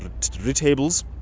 retables